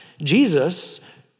Jesus